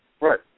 Right